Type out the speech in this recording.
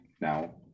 now